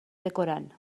decorant